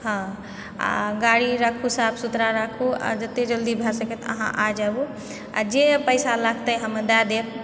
हँ आओर गाड़ी राखू साफ सुथरा राखू आओर जते जल्दी भए सकै अहाँ आ जाबू आओर जे पैसा लगते हम दै देब